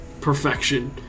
perfection